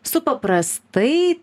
su paprastai